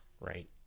Right